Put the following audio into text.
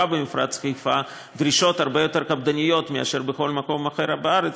במפרץ חיפה הן דרישות הרבה יותר קפדניות מאשר בכל מקום אחר בארץ,